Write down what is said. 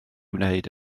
wneud